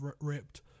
ripped